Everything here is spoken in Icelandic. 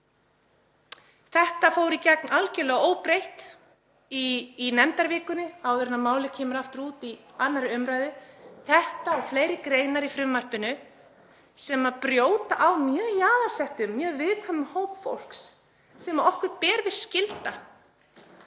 Þetta fór í gegn algerlega óbreytt í nefndavikunni áður en málið kom aftur út í 2. umr., þetta og fleiri greinar í frumvarpinu sem brjóta á mjög jaðarsettum, mjög viðkvæmum hópi fólks sem okkur ber skylda